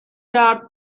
کرد